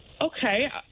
okay